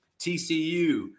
TCU